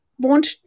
want